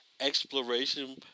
exploration